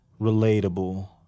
relatable